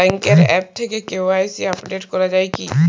ব্যাঙ্কের আ্যপ থেকে KYC update করা যায় কি?